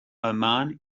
oman